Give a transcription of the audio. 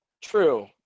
True